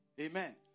Amen